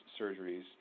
surgeries